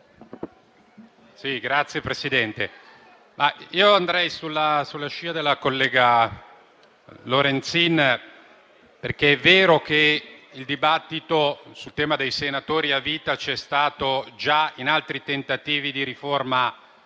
Signor Presidente, intervengo sulla scia della collega Lorenzin, perché è vero che il dibattito sul tema dei senatori a vita c'è stato già in altri tentativi di riforma